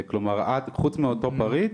כלומר, חוץ מאותו פריט,